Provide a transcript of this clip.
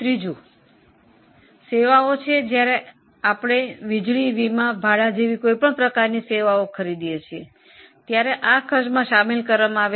ત્રીજું સેવાઓ છે જ્યારે આપણે વીજળી વીમા ભાડા જેવી કોઈપણ પ્રકારની સેવાઓ ખરીદીએ છીએ ત્યારે આ ખર્ચમાં સામેલ કરવામાં આવે છે